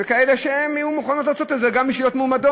ויהיו כאלה שיהיו מוכנות לעשות את זה גם בשביל להיות מועמדות.